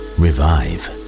revive